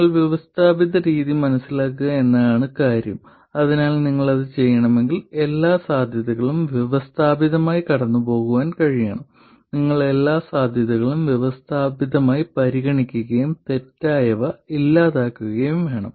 എന്നാൽ വ്യവസ്ഥാപിത രീതി മനസ്സിലാക്കുക എന്നതാണ് കാര്യം അതിനാൽ നിങ്ങൾ അത് ചെയ്യണമെങ്കിൽ എല്ലാ സാധ്യതകളും വ്യവസ്ഥാപിതമായി കടന്നുപോകാൻ കഴിയണം നിങ്ങൾ എല്ലാ സാധ്യതകളും വ്യവസ്ഥാപിതമായി പരിഗണിക്കുകയും തെറ്റായവ ഇല്ലാതാക്കുകയും വേണം